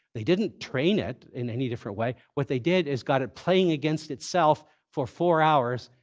they didn't train it in any different way. what they did is got it playing against itself for four hours,